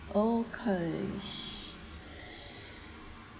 oh cause